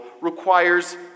requires